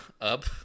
up